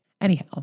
Anyhow